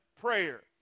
prayer